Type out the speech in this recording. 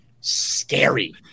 scary